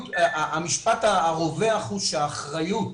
המשפט הרווח הוא שהאחריות